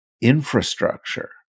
infrastructure